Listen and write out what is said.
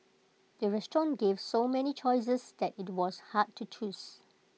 the restaurant gave so many choices that IT was hard to choose